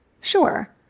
Sure